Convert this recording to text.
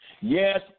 Yes